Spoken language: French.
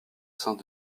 saints